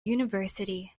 university